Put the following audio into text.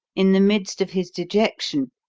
in the midst of his dejection,